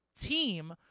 team